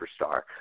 superstar